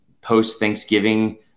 post-Thanksgiving